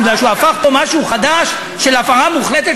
בגלל שהוא הפך פה משהו חדש של הפרה מוחלטת